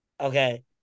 Okay